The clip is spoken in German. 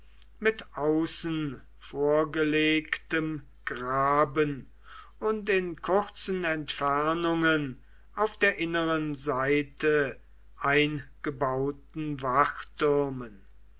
mit außen vorgelegtem graben und in kurzen entfernungen auf der inneren seite eingebauten